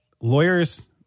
Lawyers